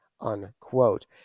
Unquote